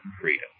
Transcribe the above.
freedom